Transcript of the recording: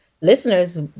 Listeners